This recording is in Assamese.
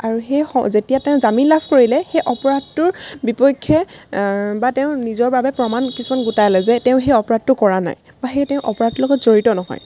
আৰু সেই যেতিয়া তেওঁ জামিন লাভ কৰিলে সেই অপৰাধটোৰ বিপক্ষে বা তেওঁ নিজৰ বাবে প্ৰমাণ কিছুমান গোটালে যে তেওঁ সেই অপৰাধটো কৰা নাই বা সেই তেওঁ অপৰাধটোৰ লগত জড়িত নহয়